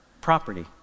property